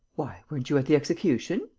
why, weren't you at the execution?